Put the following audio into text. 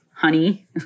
honey